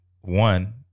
one